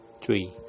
Three